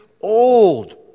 old